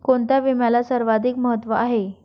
कोणता विम्याला सर्वाधिक महत्व आहे?